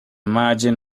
margin